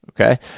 Okay